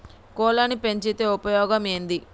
కోళ్లని పెంచితే ఉపయోగం ఏంది?